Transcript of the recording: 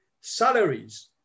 salaries